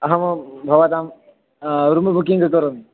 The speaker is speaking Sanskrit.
अहं भवतां रूं बुकिङ्ग् करोमि